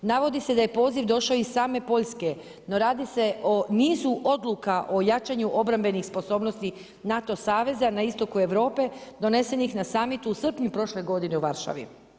Navodi se da je poziv došao iz same Poljske, no radi se o nizu odluka o jačanju obrambenih sposobnosti NATO saveza na istoku Europe donesenih na summitu u srpnju prošle godine u Varšavi.